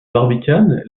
barbicane